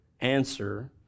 answer